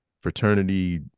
fraternity